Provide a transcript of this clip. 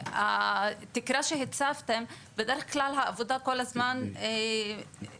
התקרה שהצפתם, בדרך כלל העבודה כל הזמן גדלה.